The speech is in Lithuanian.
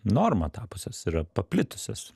norma tapusios yra paplitusios